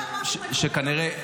Objection, מה שנקרא.